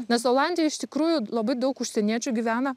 nes olandijoj iš tikrųjų labai daug užsieniečių gyvena